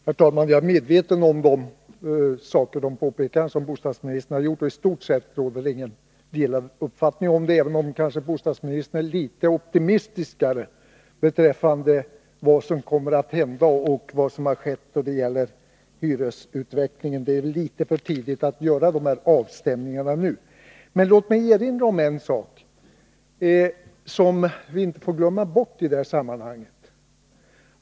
Herr talman! Jag är medveten om de påpekanden som bostadsministern har gjort, och i stort sett råder inga delade uppfattningar om detta, även om bostadsministern kanske är litet mera optimistisk beträffande vad som kommer att hända och vad som har skett då det gäller hyresutvecklingen. Det är litet för tidigt att göra dessa avstämningar nu. Låt mig erinra om en sak, som vi inte får glömma bort i detta sammanhang.